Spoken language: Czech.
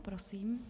Prosím.